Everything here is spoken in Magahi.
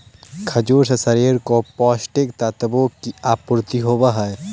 खजूर से शरीर को पौष्टिक तत्वों की आपूर्ति होवअ हई